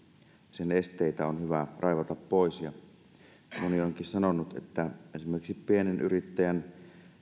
sen esteitä on hyvä raivata pois ja moni onkin sanonut että esimerkiksi pienyrittäjän